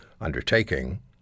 undertaking